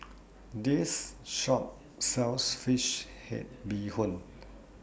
This Shop sells Fish Head Bee Hoon